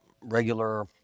regular